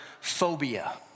phobia